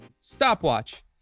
stopwatch